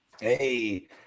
Hey